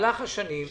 שמהלך השנים נשאר כך.